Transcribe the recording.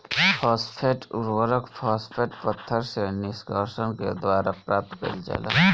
phosphate उर्वरक, phosphate पत्थर से निष्कर्षण के द्वारा प्राप्त कईल जाला